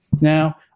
now